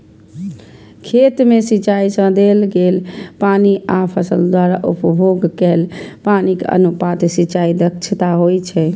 खेत मे सिंचाइ सं देल गेल पानि आ फसल द्वारा उपभोग कैल पानिक अनुपात सिंचाइ दक्षता होइ छै